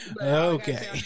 Okay